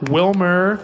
Wilmer